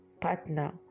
partner